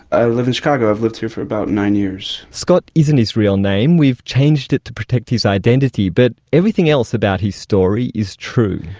i live in chicago, i've lived here for about nine years. scott isn't his real name, we've changed it to protect his identity. but everything else about his story is true.